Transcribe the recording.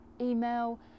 email